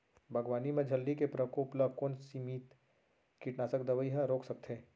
बागवानी म इल्ली के प्रकोप ल कोन सीमित कीटनाशक दवई ह रोक सकथे?